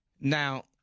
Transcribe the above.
now